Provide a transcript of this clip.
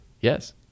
Yes